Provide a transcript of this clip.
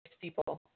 people